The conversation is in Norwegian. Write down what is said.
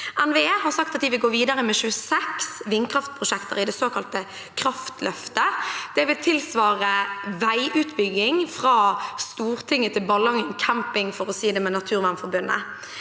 NVE har sagt at de vil gå videre med 26 vindkraftprosjekter i det såkalte kraftløftet. Det vil tilsvare veiutbygging fra Stortinget til Ballangen Camping, for å si det med Naturvernforbundet.